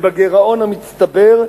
ובגירעון המצטבר,